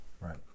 Right